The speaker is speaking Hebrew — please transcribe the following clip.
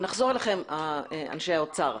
נחזור אליכם, אנשי האוצר,